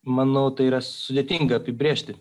manau tai yra sudėtinga apibrėžti